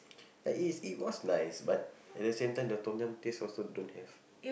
ya is it was nice but at the same time the Tom-Yum taste also don't have